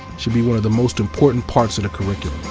should be one of the most important parts of the curriculum.